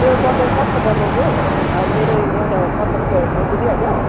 त्यो बटन टक्क दबाउनुहोस् मेरो एउटा कन्डक्टर आइपुगिहाल्छ